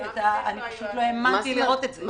לא האמנתי לראות את זה.